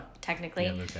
Technically